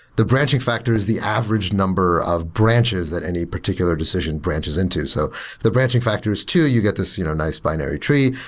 the branching factor is the average number of branches that any particular decision branches into. so the branching factor is two, you got this you know nice binary tree.